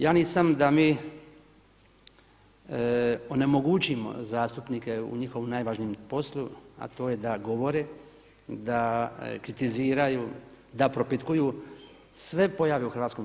Ja nisam da mi onemogućimo zastupnike u njihovom najvažnijem poslu, a to je da govore, da kritiziraju, da propitkuju sve pojave u hrvatskome